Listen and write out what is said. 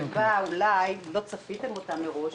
שאולי לא צפיתם אותה מראש,